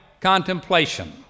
contemplation